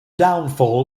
downfall